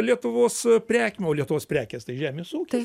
lietuvos prekėm o lietuvos prekės tai žemės ūkis